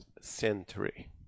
century